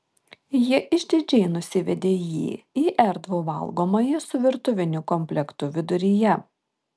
ji išdidžiai nusivedė jį į erdvų valgomąjį su virtuviniu komplektu viduryje